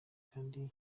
kandi